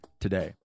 today